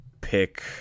pick